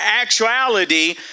actuality